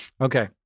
Okay